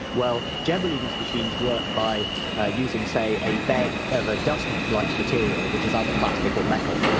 well generally, these machines work by using say a bed of a dust-like material, which is either plastic or metal,